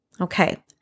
Okay